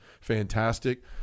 fantastic